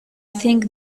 think